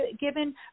given